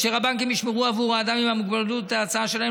והבנקים ישמרו עבור האדם עם המוגבלות את ההצעה שלהם